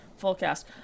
fullcast